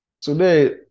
today